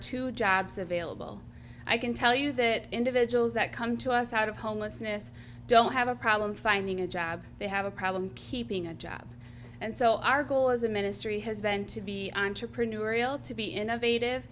two jobs available i can tell you that individuals that come to us out of homelessness don't have a problem finding a job they have a problem keeping a job and so our goal as a ministry has been to be entrepreneurial to be innovative